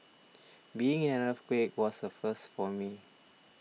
being in an earthquake was a first for me